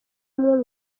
umwe